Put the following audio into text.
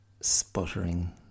sputtering